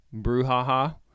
brouhaha